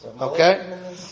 Okay